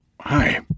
Hi